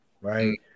Right